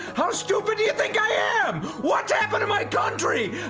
how stupid do you think i am? what's happened to my country?